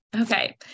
Okay